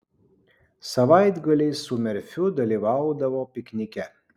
savaitgaliais su merfiu dalyvaudavo piknike